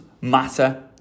matter